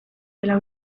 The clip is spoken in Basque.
dela